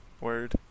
word